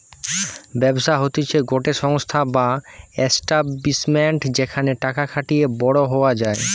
ব্যবসা হতিছে গটে সংস্থা বা এস্টাব্লিশমেন্ট যেখানে টাকা খাটিয়ে বড়ো হওয়া যায়